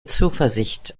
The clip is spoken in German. zuversicht